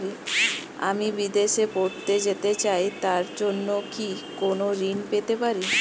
আমি বিদেশে পড়তে যেতে চাই তার জন্য কি কোন ঋণ পেতে পারি?